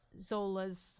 Zola's